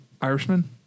Irishman